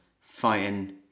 fighting